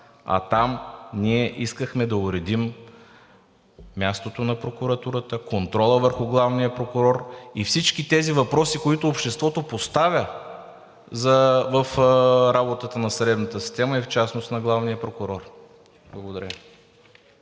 а там ние искахме да уредим мястото на прокуратурата, контрола върху главния прокурор и всички тези въпроси, които обществото поставя в работата на съдебната система и в частност на главния прокурор. Благодаря.